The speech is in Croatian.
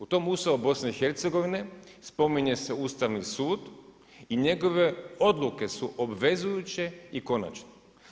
U tom Ustavu BiH spominje se Ustavni sud i njegove odluke su obvezujuće i konačne.